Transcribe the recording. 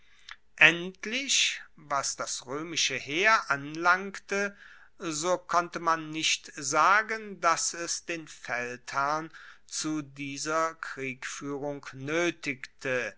endlich was das roemische heer anlangte so konnte man nicht sagen dass es den feldherrn zu dieser kriegfuehrung noetigte